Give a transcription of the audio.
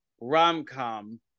rom-com